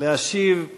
להשיב על